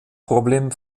problem